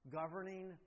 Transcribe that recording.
governing